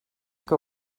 que